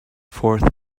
fourth